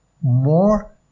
more